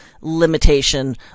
limitation